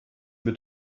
mit